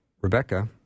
Rebecca